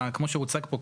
כמו שהוצג פה,